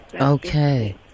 okay